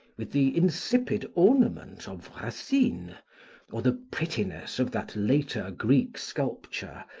with the insipid ornament of racine, or the prettiness of that later greek sculpture,